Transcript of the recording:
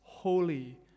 holy